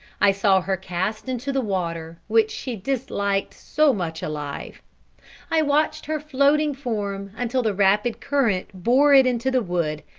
i saw her cast into the water, which she disliked so much alive i watched her floating form until the rapid current bore it into the wood,